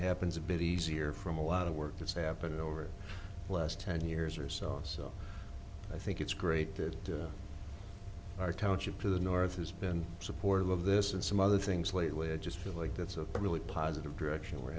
happens a bit easier from a lot of work that's happened over the last ten years or so so i think it's great that our township to the north has been supportive of this and some other things lately i just feel like that's a really positive direction we